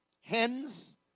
hens